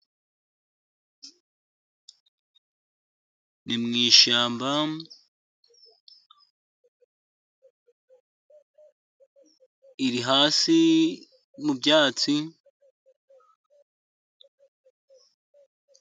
Ni mu ishyamba iri hasi mu byatsi.